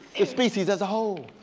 the species as a whole.